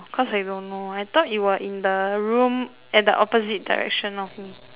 cause I don't know I thought you are in the room at the opposite direction of me